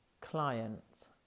client